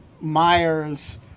Myers